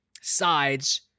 sides